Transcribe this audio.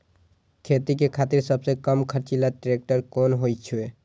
खेती के खातिर सबसे कम खर्चीला ट्रेक्टर कोन होई छै?